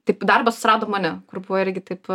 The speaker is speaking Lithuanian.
taip darbas susirado mane kur buvo irgi taip